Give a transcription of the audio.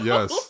Yes